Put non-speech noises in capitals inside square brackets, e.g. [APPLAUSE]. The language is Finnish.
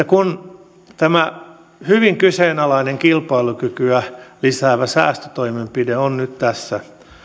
[UNINTELLIGIBLE] kun tämä hyvin kyseenalainen kilpailukykyä lisäävä säästötoimenpide on nyt tässä niin